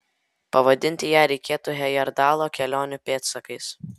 pavadinti ją reikėtų hejerdalo kelionių pėdsakais